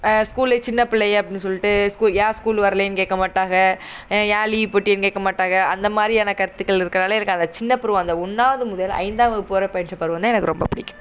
ஸ்கூலில் சின்ன பிள்ளைய அப்படின்னு சொல்லிட்டு ஸ்கூல் ஏன் ஸ்கூல் வரலேன்னு கேட்க மாட்டாங்க ஏன் லீவ் போட்டியேன்னு கேட்க மாட்டாங்க அந்த மாதிரியான கருத்துக்கள் இருக்கனால எனக்கு அந்த சின்ன பருவம் அந்த ஒன்றாவது முதல் ஐந்தாம் வகுப்பு வரை பயின்ற பருவந்தான் எனக்கு ரொம்ப பிடிக்கும்